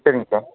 சரிங்க சார்